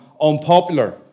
unpopular